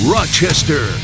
Rochester